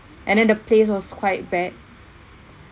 and then the place was quite bad